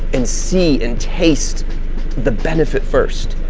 and see, and taste the benefit first,